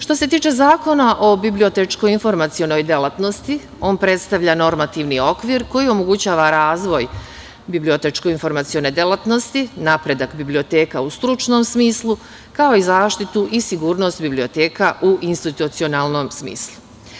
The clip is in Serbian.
Što se tiče Zakona o bibliotečko-informacionoj delatnosti, on predstavlja normativni okvir koji omogućava razvoj bibliotečko-informacione delatnosti, napredak biblioteka u stručnom smislu, kao i zaštitu i sigurnost biblioteka u institucionalnom smislu.